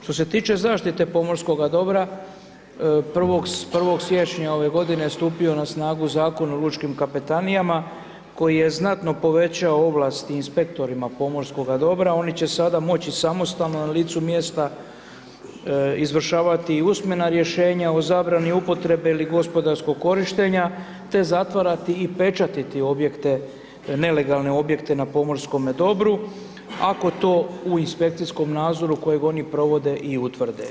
Što se tiče zaštite pomorskoga dobra, 1. siječnja ove godine stupio je na snagu Zakon o lučkim kapetanijama koji je znatno povećao ovlasti inspektorima pomorskoga dobra, oni će sada moći samostalno, na licu mjesta izvršavati i usmena rješenja o zabrani upotrebe ili gospodarskog korištenja te zatvarati i pečatiti objekte, nelegalne objekte na pomorskom dobru ako to u inspekcijskom nadzoru kojeg oni provode i utvrde.